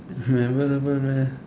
it's memorable meh